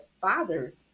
father's